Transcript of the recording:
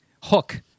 hook